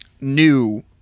New